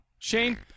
Shane